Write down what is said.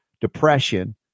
depression